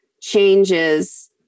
changes